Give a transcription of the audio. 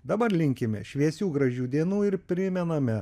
dabar linkime šviesių gražių dienų ir primename